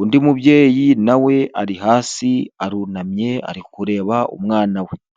undi mubyeyi nawe ari hasi arunamye ari kureba umwana we.